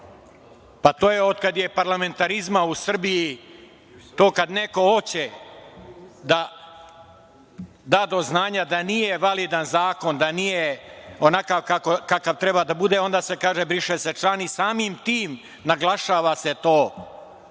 To je od kada je parlamentarizma u Srbiji to kada neko hoće da da do znanja da nije validan zakon, da nije onakav kakav treba da bude, onda se kaže – briše se član i samim tim naglašava se to